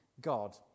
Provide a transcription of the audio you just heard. God